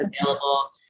available